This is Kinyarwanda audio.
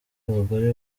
abagore